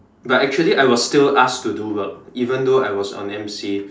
but actually I was still asked to do work even though I was on M_C